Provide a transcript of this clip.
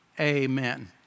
amen